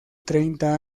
treinta